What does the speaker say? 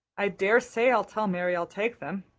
i daresay i'll tell mary i'll take them.